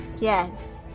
Yes